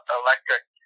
electric